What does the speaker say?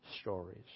stories